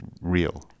real